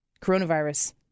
Coronavirus